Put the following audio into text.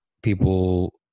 people